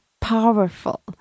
powerful